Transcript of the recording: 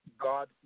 God